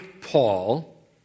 Paul